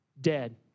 dead